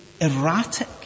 erratic